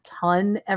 ton